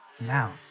now